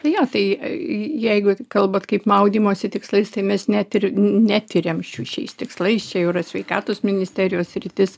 jo tai jeigu kalbat kaip maudymosi tikslais tai mes net ir netyriam šių šiais tikslais čia jau yra sveikatos ministerijos sritis